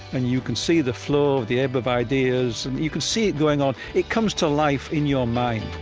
and you can see the flow of the ebb of ideas you can see it going on. it comes to life in your mind